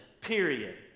period